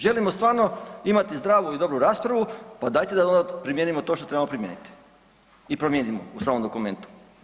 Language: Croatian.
Želimo stvarno imati zdravu i dobru raspravu pa dajte da onda primijenimo to što trebamo promijeniti i promijenimo u samom dokumentu.